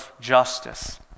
justice